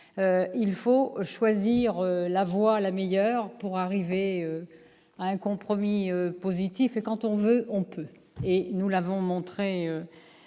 Il faut choisir la voie la meilleure pour arriver à un compromis positif. Quand on veut, on peut, et nous l'avons montré